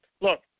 Look